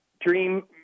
Dream